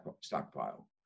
stockpile